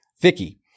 Vicky